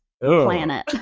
Planet